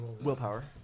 willpower